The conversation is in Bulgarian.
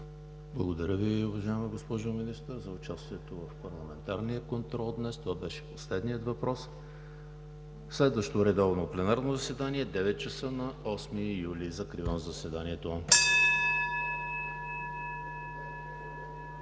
Благодаря Ви, уважаема госпожо Министър, за участието в парламентарния контрол днес. Това беше последният въпрос. Следващо редовно пленарно заседание – 9,00 ч. на 8 юли 2020 г. Закривам заседанието.